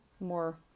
more